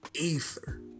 ether